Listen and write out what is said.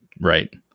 Right